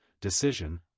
decision